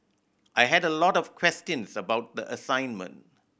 I had a lot of questions about the assignment